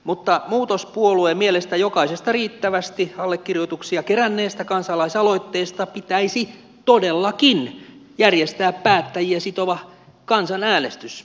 mutta muutos puolueen mielestä jokaisesta riittävästi allekirjoituksia keränneestä kansalaisaloitteesta pitäisi todellakin järjestää päättäjiä sitova kansanäänestys